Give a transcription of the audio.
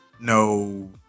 no